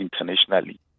internationally